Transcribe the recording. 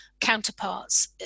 counterparts